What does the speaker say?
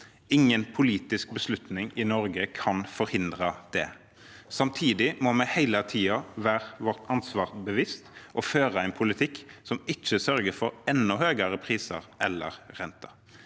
Ingen politisk beslutning i Norge kan forhindre det. Samtidig må vi hele tiden være oss vårt ansvar bevisst og føre en politikk som ikke sørger for enda høyere